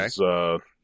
Okay